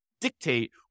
dictate